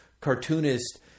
cartoonist